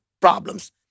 problems